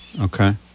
Okay